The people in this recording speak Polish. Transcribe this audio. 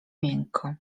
miękko